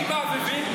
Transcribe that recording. עם מהבהבים,